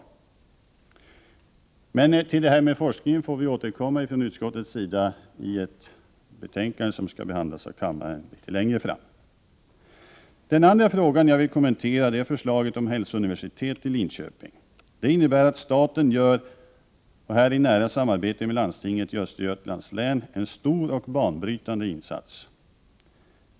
Vi får från utskottets sida återkomma till forskningen i ett betänkande som skall behandlas av kammaren litet längre fram i tiden. Den andra frågan som jag vill kommentera är förslaget om ett hälsouniversitet i Linköping. Det innebär att staten, i nära samarbete med landstinget i Östergötlands län, gör en stor och banbrytande insats.